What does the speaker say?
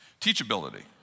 Teachability